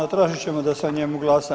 Tražit ćemo da se o njemu glasa.